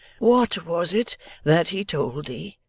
what was it that he told thee?